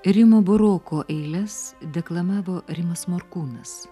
rimo buroko eiles deklamavo rimas morkūnas